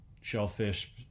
shellfish